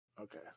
Okay